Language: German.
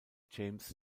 james